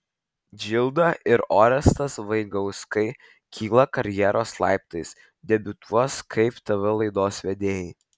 džilda ir orestas vaigauskai kyla karjeros laiptais debiutuos kaip tv laidos vedėjai